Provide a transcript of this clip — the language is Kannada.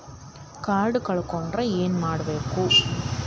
ಕಾರ್ಡ್ ಕಳ್ಕೊಂಡ್ರ ಏನ್ ಮಾಡಬೇಕು?